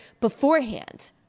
beforehand